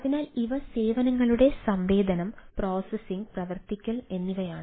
അതിനാൽ ഇവ സേവനങ്ങളുടെ സംവേദനം പ്രോസസ്സിംഗ് പ്രവർത്തിക്കൽ എന്നിവയാണ്